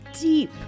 deep